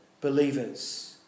believers